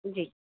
जी